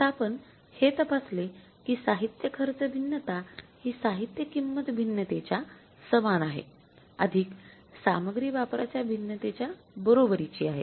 आता आपण हे तपासले कि साहित्य खर्च भिन्नता हि साहित्य किंमत भिन्नतेच्या समान आहे सामग्री वापराच्या भिन्नतेच्या बरोबरीची आहे